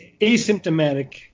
asymptomatic